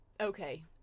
Okay